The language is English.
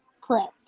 Correct